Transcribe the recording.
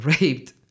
raped